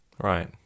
Right